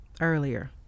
earlier